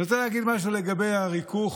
אני רוצה להגיד משהו לגבי ה"ריכוך"